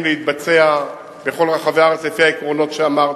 להתבצע בכל רחבי הארץ לפי העקרונות שאמרתי.